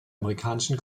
amerikanischen